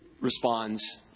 responds